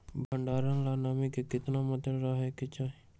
भंडारण ला नामी के केतना मात्रा राहेके चाही?